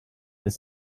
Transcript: its